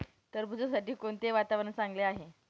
टरबूजासाठी कोणते वातावरण चांगले आहे?